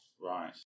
right